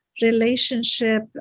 relationship